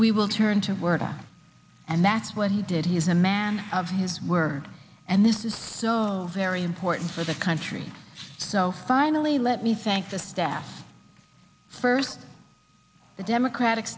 we will turn to work and that's what he did he is a man of his word and this is very important for the country so finally let me thank the staff first the democratic